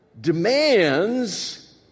demands